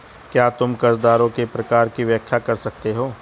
क्या तुम कर्जदारों के प्रकार की व्याख्या कर सकते हो?